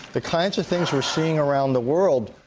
the kinds of things we're seeing around the world,